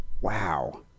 Wow